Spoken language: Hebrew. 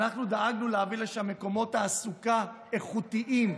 אנחנו דאגנו להביא לשם מקומות תעסוקה איכותיים.